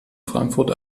frankfurt